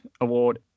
award